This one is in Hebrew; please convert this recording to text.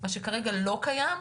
מה שכרגע לא קיים,